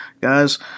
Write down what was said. guys